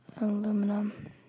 Aluminum